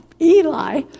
Eli